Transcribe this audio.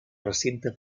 recinte